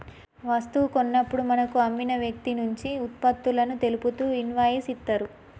వస్తువు కొన్నప్పుడు మనకు అమ్మిన వ్యక్తినుంచి వుత్పత్తులను తెలుపుతూ ఇన్వాయిస్ ఇత్తరు